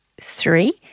three